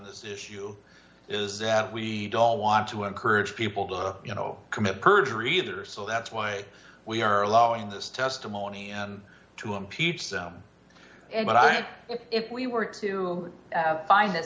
this issue is that we don't want to encourage people to you know commit perjury either so that's why we are allowing this testimony and to impeach them and what i had if we were to have find th